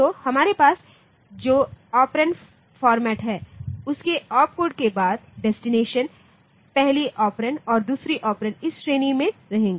तो हमारे पास जो ऑपरेंड फॉर्मेट है उसमें आपकोड के बाद डेस्टिनेशन पहली ओपेरंड और दूसरी ओपेरंड इस श्रेणी में रहेंगे